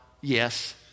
Yes